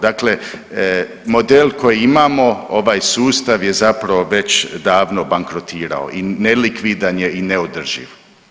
Dakle, model koji imamo ovaj sustav je zapravo već davno bankrotirao i nelikvidan je i neodrživ.